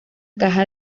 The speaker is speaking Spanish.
caja